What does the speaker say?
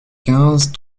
quinze